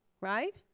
Right